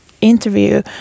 interview